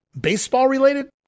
baseball-related